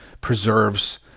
preserves